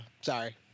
sorry